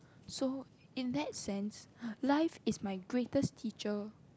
so in that sense life is my greatest teacher